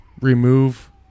remove